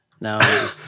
now